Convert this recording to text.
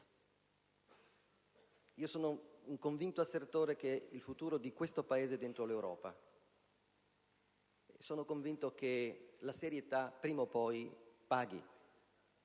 Io sono un convinto assertore del fatto che il futuro di questo Paese sia dentro l'Europa e sono convinto che la serietà, prima o poi, paghi.